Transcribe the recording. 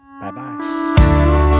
bye-bye